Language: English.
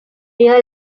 year